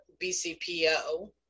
BCPO